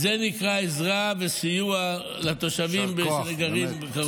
זה נקרא עזרה וסיוע לתושבים שגרים קרוב.